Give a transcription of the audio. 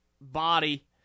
body